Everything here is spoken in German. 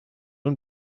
und